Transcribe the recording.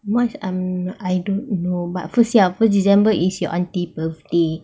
mask um I don't know but first first december is your aunty's birthday